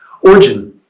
Origin